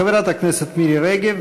חברת הכנסת מירי רגב,